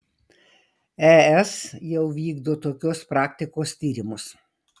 es jau vykdo tokios praktikos tyrimus